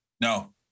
No